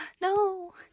No